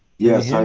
yes.